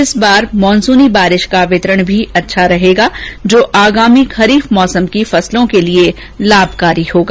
इस बार मानसूनी बारिश का वितरण भी अच्छा रहेगा जो आगामी खरीफ मौसम की फसलों के लिए लाभकारी होगा